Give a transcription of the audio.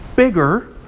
Bigger